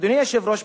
אדוני היושב-ראש,